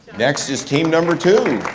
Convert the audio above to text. next is team number two.